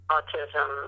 Autism